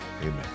Amen